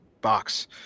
box